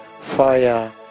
fire